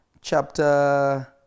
chapter